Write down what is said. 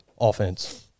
offense